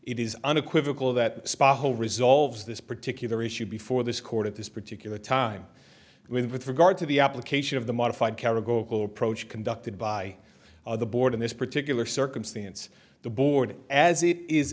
it is unequivocal that spot whole resolves this particular issue before this court at this particular time with regard to the application of the modified categorical approach conducted by the board in this particular circumstance the board as it is